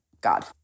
God